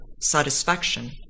satisfaction